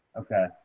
Okay